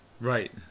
Right